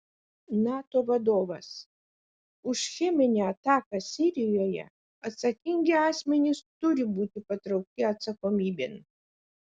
nato vadovas už cheminę ataką sirijoje atsakingi asmenys turi būti patraukti atsakomybėn